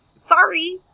sorry